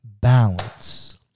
balance